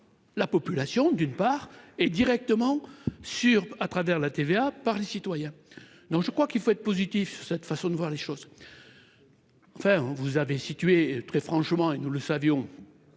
La population d'une part et directement sur à travers la TVA par les citoyens non je crois qu'il faut être positif, cette façon de voir les choses, enfin vous avez très franchement et nous le savions